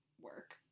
work